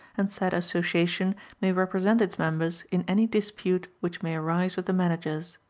and said association may represent its members in any dispute which may arise with the managers.